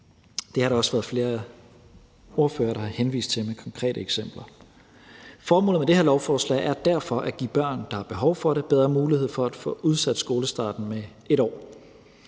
Det har der også været flere ordførere der har henvist til med konkrete eksempler. Formålet med det her lovforslag er derfor at give børn, der har behov for det, bedre mulighed for at få udsat skolestarten med 1 år.